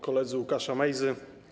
Koledzy Łukasza Mejzy!